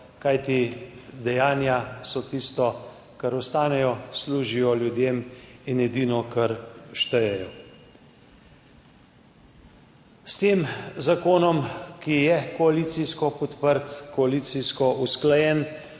kajti dejanja so tisto, kar ostane, služijo ljudem in so edino, kar šteje. S tem zakonom, ki je koalicijsko podprt, koalicijsko usklajen,